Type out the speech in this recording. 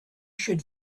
should